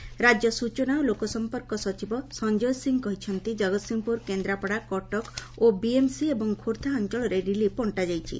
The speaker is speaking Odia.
ରାକ୍ୟ ସୂଚନା ଓ ଲୋକସଂପର୍କ ସଚିବ ସଂଜୟ ସିଂ କହିଛନ୍ତି ଜଗତସିଂହପୁର କେନ୍ଦ୍ରପଡ଼ା କଟକ ଓ ବିଏମସି ଏବଂ ଖୋର୍କ୍ଷା ଅଂଚଳରେ ରିଲିଫ ବଂଟା ଯାଇଛି